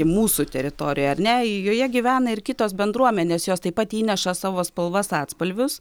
mūsų teritorijoj ar ne joje gyvena ir kitos bendruomenės jos taip pat įneša savo spalvas atspalvius